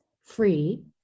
free